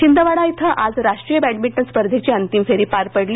छिंदवाडा इथं आज राष्ट्रीय बॅडमिंटन स्पधेंची अंतिम फेरी पार पडली